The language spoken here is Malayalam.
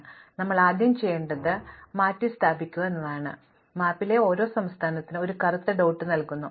അതിനാൽ നമ്മൾ ആദ്യം ചെയ്യുന്നത് ഞങ്ങൾ മാറ്റിസ്ഥാപിക്കുക എന്നതാണ് പകരം വയ്ക്കില്ല മാപ്പിലെ ഓരോ സംസ്ഥാനത്തിനും ഞങ്ങൾ ഒരു കറുത്ത ഡോട്ട് നൽകുന്നു